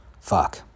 Fuck